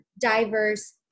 diverse